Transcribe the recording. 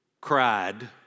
cried